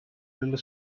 little